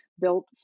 built